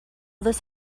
this